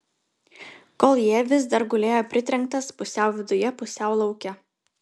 koljė vis dar gulėjo pritrenktas pusiau viduje pusiau lauke